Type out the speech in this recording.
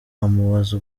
amubaza